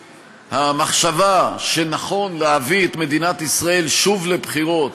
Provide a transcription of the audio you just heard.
שהמחשבה שנכון להביא את מדינת ישראל שוב לבחירות